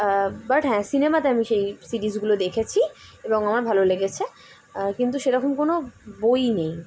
but হ্যাঁ সিনেমাতে আমি সেই সিরিজগুলো দেখেছি এবং আমার ভালো লেগেছে কিন্তু সেরকম কোনো বই নেই